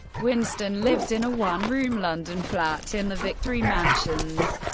winston lives in a one-room london flat in the victory mansions.